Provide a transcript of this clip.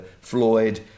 Floyd